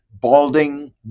balding